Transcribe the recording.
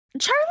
Charlie